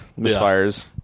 misfires